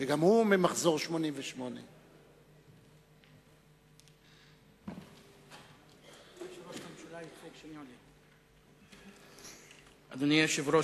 שגם הוא ממחזור 1988. אדוני היושב-ראש,